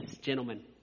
gentlemen